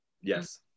yes